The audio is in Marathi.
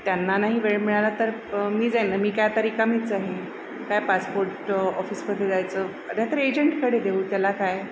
त्यांना नाही वेळ मिळाला तर मी जाईन ना मी काय आता रिकामीच आहे काय पासपोर्ट ऑफिसमध्ये जायचं नाही तर एजंटकडे देऊ त्याला काय